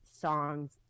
songs